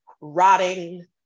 rotting